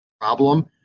problem